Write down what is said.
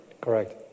Correct